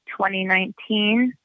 2019